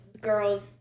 girls